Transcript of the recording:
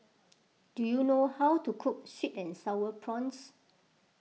do you know how to cook Sweet and Sour Prawns